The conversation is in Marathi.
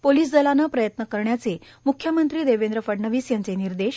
पोलीस दलानं प्रयत्न करण्याचे म्ख्यमंत्री देवेंद्र फडणवीस यांचे निर्देश